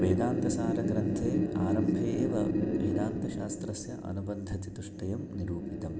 वेदान्तसारग्रन्थे आरम्भे एव वेदान्तशास्त्रस्य अनुबन्धचतुष्टयं निरूपितं